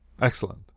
Excellent